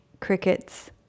crickets